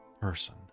person